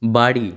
বাড়ি